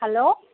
hello